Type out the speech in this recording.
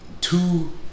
two